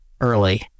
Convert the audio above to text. early